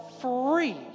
free